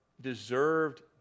deserved